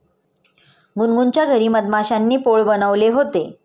गुनगुनच्या घरी मधमाश्यांनी पोळं बनवले होते